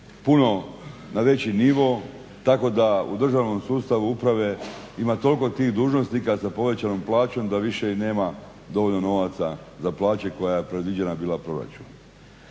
puno na veći nivo tako da u državnom sustavu uprave ima toliko tih dužnosnika sa povećanom plaćom da više i nema dovoljno novaca za plaću koja je predviđena bila proračunom.